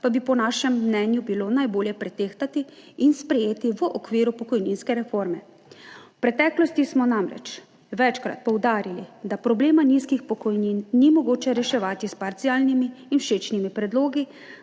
bi bilo po našem mnenju najbolje pretehtati in sprejeti v okviru pokojninske reforme. V preteklosti smo namreč večkrat poudarili, da problema nizkih pokojnin ni mogoče reševati s parcialnimi in všečnimi predlogi